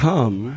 Come